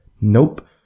Nope